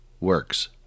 works